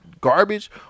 garbage